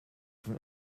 from